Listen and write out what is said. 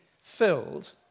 filled